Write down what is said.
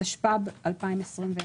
התשפ"ב-2021,